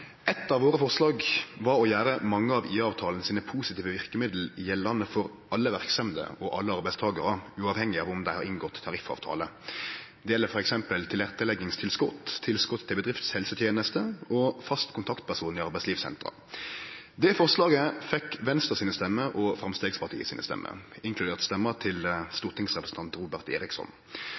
Eit av våre forslag var å gjere mange av IA-avtalen sine positive verkemiddel gjeldande for alle verksemder og alle arbeidstakarar, uavhengig av om dei har inngått tariffavtale. Det gjeld f.eks. tilretteleggingstilskot, tilskot til bedriftshelseteneste og fast kontaktperson i arbeidslivssentera. Det forslaget fekk Venstre sine stemmer og Framstegspartiet sine stemmer, inkludert stemma til stortingsrepresentant Robert